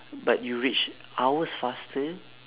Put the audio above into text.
but you reach hours faster